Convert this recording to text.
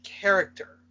Character